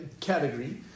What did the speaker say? category